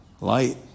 light